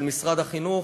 של משרד החינוך,